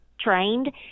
trained